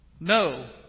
No